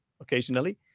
occasionally